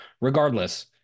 Regardless